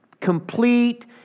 complete